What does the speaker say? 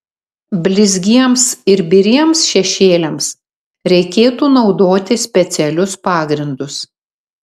blizgiems ir biriems šešėliams reikėtų naudoti specialius pagrindus